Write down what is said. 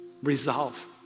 Resolve